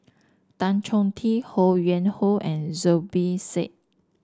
Tan Choh Tee Ho Yuen Hoe and Zubir Said